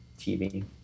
TV